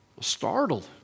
Startled